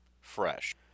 fresh